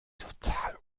total